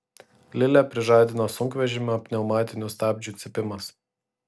lilę prižadino sunkvežimio pneumatinių stabdžių cypimas